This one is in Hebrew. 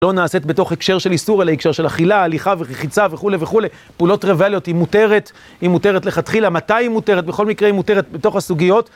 לא נעשית בתוך הקשר של איסור, אלא הקשר של אכילה, הליכה, ורחיצה, וכו' וכו'. פעולות טריוויאליות היא מותרת, היא מותרת לתחילה. מתי היא מותרת? בכל מקרה היא מותרת בתוך הסוגיות.